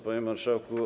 Panie Marszałku!